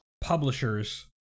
publishers